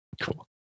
cool